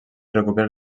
recupera